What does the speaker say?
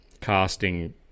casting